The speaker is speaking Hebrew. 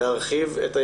לגבי התמרורים שכל מורה,